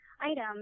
item